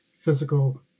physical